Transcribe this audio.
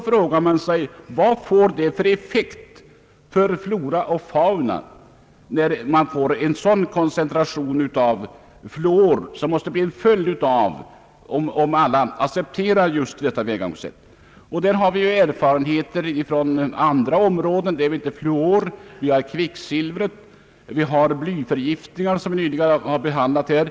Vilken effekt får det på flora och fauna om alla accepterar fluorideringen och koncentrationen av fluor ökar starkt? Vi har ju erfarenheter från andra områden — kvicksilverförgiftningarna och även blyförgiftningarna, som nyligen behandlats här.